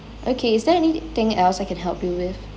okay is there anything else I can help you with